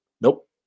Nope